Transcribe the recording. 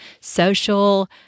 social